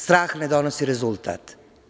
Strah ne donosi rezultat.